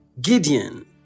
Gideon